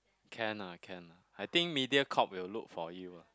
can lah can lah I think Mediacorp will look for you lah